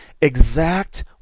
exact